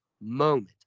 moment